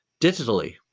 digitally